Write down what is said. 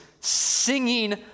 singing